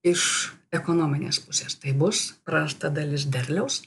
iš ekonominės pusės tai bus prarasta dalis derliaus